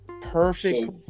Perfect